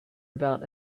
about